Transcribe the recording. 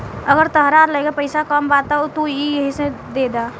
अगर तहरा लगे पईसा कम बा त तू एही से देद